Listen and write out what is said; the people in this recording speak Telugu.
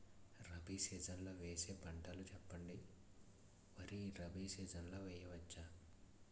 రబీ సీజన్ లో వేసే పంటలు చెప్పండి? వరి రబీ సీజన్ లో వేయ వచ్చా?